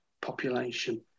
population